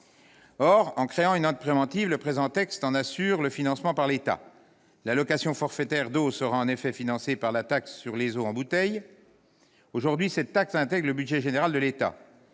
Or, en créant une aide préventive, le présent texte en assure le financement par l'État. L'allocation forfaitaire d'eau sera en effet financée par la taxe sur les eaux en bouteille. Aujourd'hui, cette taxe est intégrée dans le budget général de l'État.